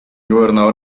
gobernador